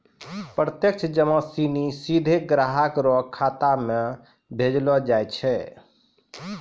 प्रत्यक्ष जमा सिनी सीधे ग्राहक रो खातो म भेजलो जाय छै